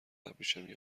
ابریشمی